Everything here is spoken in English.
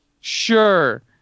sure